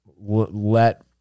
let